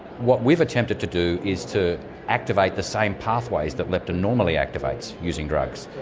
what we've attempted to do is to activate the same pathways that leptin normally activates using drugs,